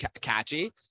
catchy